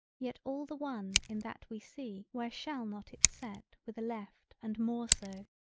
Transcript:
yet all the one in that we see where shall not it set with a left and more so,